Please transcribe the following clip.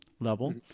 level